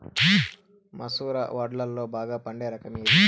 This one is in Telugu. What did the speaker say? మసూర వడ్లులో బాగా పండే రకం ఏది?